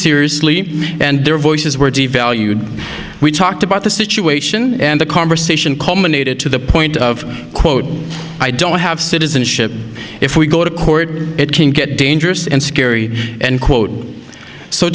seriously and their voices were devalued we talked about the situation and the conversation culminated to the point of quote i don't have citizenship if we go to court it can get dangerous and scary end quote so